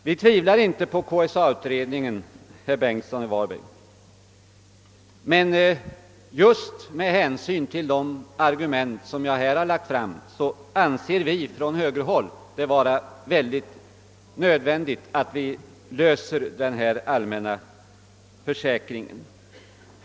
Vi tvivlar inte på KSA-utredningen, herr Bengtsson i Varberg, men just med hänsyn till de argument som jag här redovisat anser vi på högerhåll att det är högst nödvändigt att frågan om denna allmänna försäkring löses.